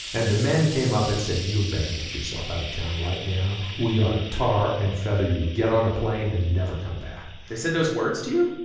and the men came up and said, you better get yourself out of town right now. we ought to tar and feather you. get on a plane and never come back they said those words to you?